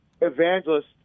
evangelist